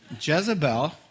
Jezebel